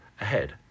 ahead